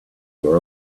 were